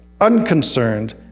unconcerned